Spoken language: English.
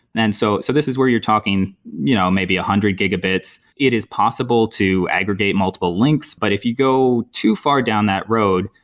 and so so this is where you're talking you know maybe one hundred gigabits. it is possible to aggregate multiple links, but if you go too far down that road,